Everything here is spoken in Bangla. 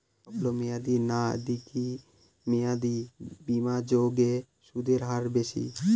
স্বল্প মেয়াদী না দীর্ঘ মেয়াদী বিনিয়োগে সুদের হার বেশী?